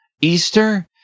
Easter